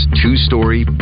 two-story